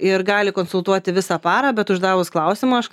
ir gali konsultuoti visą parą bet uždavus klausimą aš